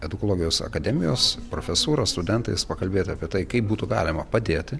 edukologijos akademijos profesūra studentais pakalbėti apie tai kaip būtų galima padėti